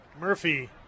Murphy